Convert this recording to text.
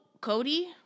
cody